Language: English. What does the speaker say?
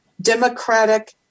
democratic